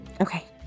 Okay